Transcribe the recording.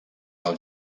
del